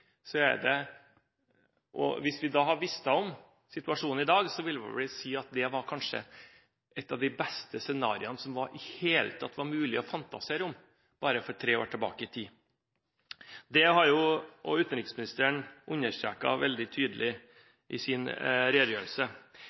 vi vel ha sagt at det var et av de beste scenariene som det i det hele tatt var mulig å fantasere om – og det for bare tre år siden. Det har også utenriksministeren understreket veldig tydelig i sin redegjørelse.